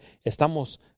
estamos